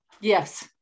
Yes